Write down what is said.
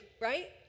right